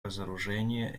разоружения